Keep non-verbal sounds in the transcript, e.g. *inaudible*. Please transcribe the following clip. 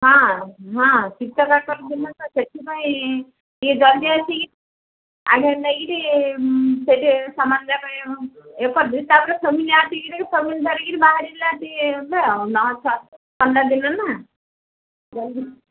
ହଁ ହଁ ଶୀତ କାକର ଦିନ ତ ସେଥିପାଇଁ ଟିକେ ଜଲ୍ଦି ଆସିକିରି ଆଜ୍ଞା ନେଇକିରି ସେଠି ସମାନ୍ *unintelligible* ତା'ପରେ ସାମାନ୍ ଆସିକିରି ସାମାନ୍ ଧରିକିରି ବାହାରିଲା *unintelligible* ଆଉ ନା ସନ୍ଧ୍ୟା ଦିନ ନା ଜଲ୍ଦି